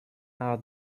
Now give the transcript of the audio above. are